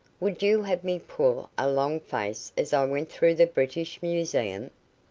would you have me pull a long face as i went through the british museum?